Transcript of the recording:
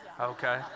okay